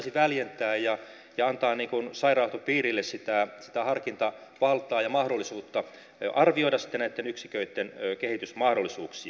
sitä pitäisi väljentää ja antaa sairaanhoitopiirille harkintavaltaa ja mahdollisuutta arvioida sitten näitten yksiköitten kehitysmahdollisuuksia